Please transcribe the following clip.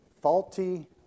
faulty